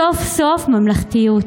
סוף-סוף ממלכתיות,